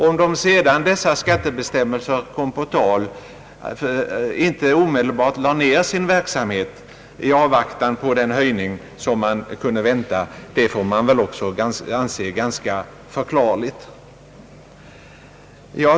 Att de när ändrade skattebestämmelser kom på tal inte omedelbart lade ned sin verksamhet i avvaktan på den höjning, som man kunde vänta, är väl också ganska förklarligt.